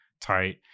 tight